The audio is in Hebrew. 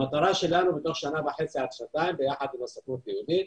המטרה שלנו היא בתוך שנה וחצי עד שנתיים יחד עם הסוכנות היהודית,